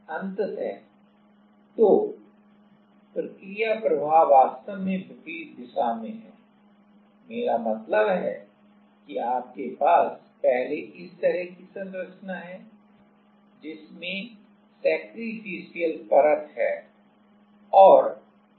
अंततः तो प्रक्रिया प्रवाह वास्तव में विपरीत दिशा में है मेरा मतलब है कि आपके पास पहले इस तरह की संरचना है जिसमें सेक्रिफिसीयल परत है